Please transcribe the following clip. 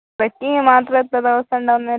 trekking മാത്രം എത്ര ദിവസം ഉണ്ടാവും അന്നേരം